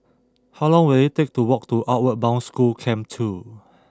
how long will it take to walk to Outward Bound School Camp two